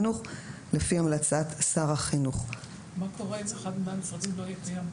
מה קורה אם אחד מהמשרדים לא יהיה קיים?